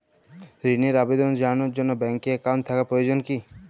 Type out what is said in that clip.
ঋণের আবেদন জানানোর জন্য ব্যাঙ্কে অ্যাকাউন্ট থাকা প্রয়োজন কী?